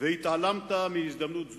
והתעלמת מהזדמנות זו.